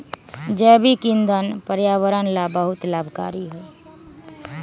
जैविक ईंधन पर्यावरण ला बहुत लाभकारी हई